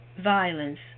violence